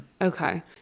Okay